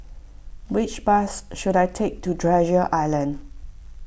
which bus should I take to Treasure Island